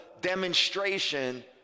demonstration